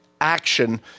action